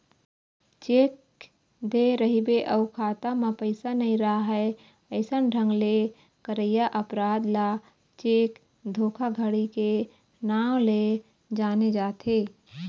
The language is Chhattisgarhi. चेक दे रहिबे अउ खाता म पइसा नइ राहय अइसन ढंग ले करइया अपराध ल चेक धोखाघड़ी के नांव ले जाने जाथे